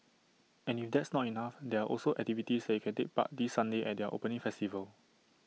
and if that's not enough there are also activities that you can take part this Sunday at their opening festival